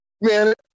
Man